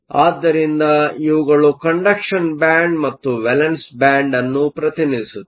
ಆದ್ದರಿಂದ ಇವುಗಳು ಕಂಡಕ್ಷನ್ ಬ್ಯಾಂಡ್Conduction band ಮತ್ತು ವೇಲೆನ್ಸಿ ಬ್ಯಾಂಡ್ ಅನ್ನು ಪ್ರತಿನಿಧಿಸುತ್ತವೆ